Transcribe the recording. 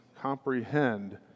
comprehend